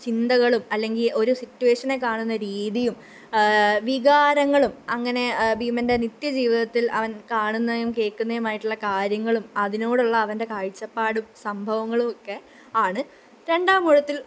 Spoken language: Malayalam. ചിന്തകളും അല്ലെങ്കിൽ ഒരു സിറ്റുവേഷനെ കാണുന്ന രീതിയും വികാരങ്ങളും അങ്ങനെ ഭീമന്റെ നിത്യ ജീവിതത്തില് അവന് കാണുന്നതിനെയും കേള്ക്കുന്നതും ആയിട്ടുള്ള കാര്യങ്ങളും അതിനോടുള്ള അവന്റെ കാഴ്ച്ചപ്പാടും സംഭവങ്ങളും ഒക്കെ ആണ് രണ്ടാമൂഴത്തില്